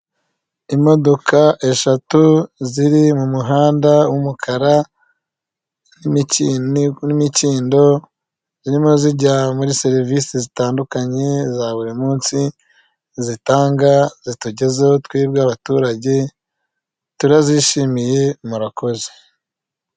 Imodoka eshatu ziri mu muhanda w'umukara n'imikindo zirimo zijyana muri serivisi zitandukanye za buri munsi, zitanga, zitugezaho twebwe abaturage turazishimiye murakoze.